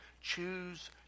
Choose